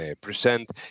present